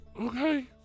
Okay